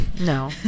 No